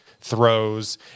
throws